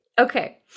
Okay